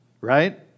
right